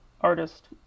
artist